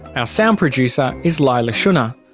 our sound producer is leila shunnar,